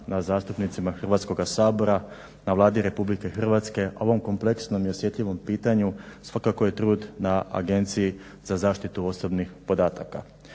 nas zastupnicima Hrvatskoga sabora, na Vladi Republike Hrvatske o ovom kompleksnom i osjetljivom pitanju. Svakako je trud na Agenciji za zaštitu osobnih podataka.